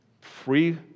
free